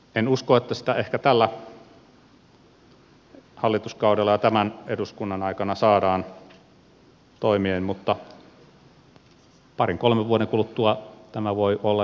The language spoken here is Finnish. en usko että sitä ehkä tällä hallituskaudella ja tämän eduskunnan aikana saadaan toimeen mutta parin kolmen vuoden kuluttua tämä voi olla jo toivottavasti ihan realismia